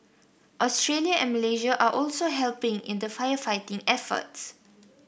Australia and Malaysia are also helping in the firefighting efforts